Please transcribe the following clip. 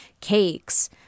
cakes